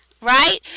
right